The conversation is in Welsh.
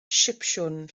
sipsiwn